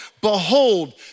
behold